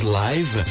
live